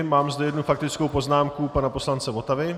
Mám zde jednu faktickou poznámku pana poslance Votavy.